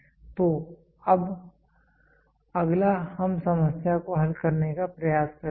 तो अब अगला हम समस्या को हल करने का प्रयास करेंगे